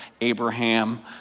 Abraham